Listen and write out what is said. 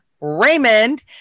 Raymond